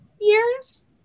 years